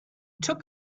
took